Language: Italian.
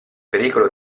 pericolo